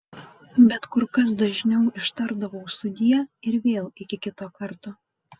bet kur kas dažniau ištardavau sudie ir vėl iki kito karto